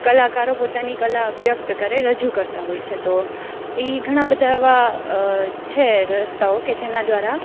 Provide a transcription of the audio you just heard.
કલાકારો પોતાની કલા વ્યક્ત કરે રજૂ કરતાં હોય છે તો ઈ ઘણાં બધાં આવા છે રસ્તાઓ કે જેના દ્વારા